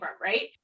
right